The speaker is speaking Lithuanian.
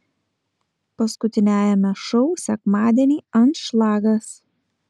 paskutiniajame šou sekmadienį anšlagas